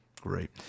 Great